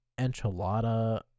enchilada